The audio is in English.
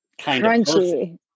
Crunchy